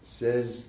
says